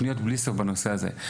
פניות בלי סוף בנושא הזה.